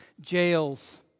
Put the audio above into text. jails